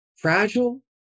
fragile